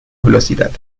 velocidad